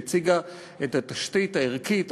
שהציגה את התשתית הערכית,